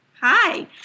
Hi